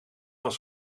was